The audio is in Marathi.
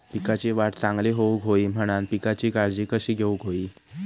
पिकाची वाढ चांगली होऊक होई म्हणान पिकाची काळजी कशी घेऊक होई?